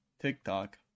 TikTok